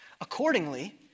Accordingly